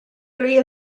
three